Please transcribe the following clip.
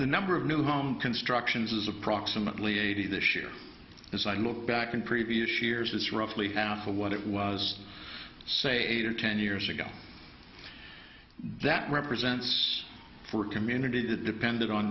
the number of new home construction is approximately eighty this year as i look back in previous years it's roughly half of what it was say eight or ten years ago that represents for a community that depended on